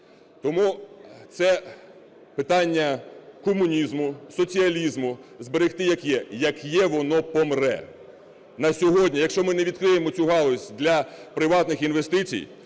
Тому це питання комунізму, соціалізму – зберегти як є. Як є, воно помре. На сьогодні, якщо ми не відкриємо цю галузь для приватних інвестицій,